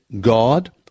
God